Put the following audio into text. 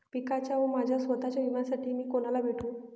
पिकाच्या व माझ्या स्वत:च्या विम्यासाठी मी कुणाला भेटू?